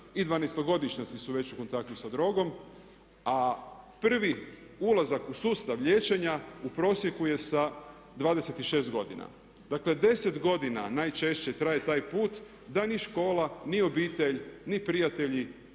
I dvanaestogodišnjaci su već u kontaktu sa drogom, a prvi ulazak u sustav liječenja u prosjeku je sa 26 godina. Dakle, 10 godina najčešće traje taj put da ni škola, ni obitelj, ni prijatelji